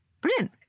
Brilliant